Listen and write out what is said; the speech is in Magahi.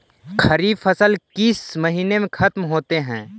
खरिफ फसल किस महीने में ख़त्म होते हैं?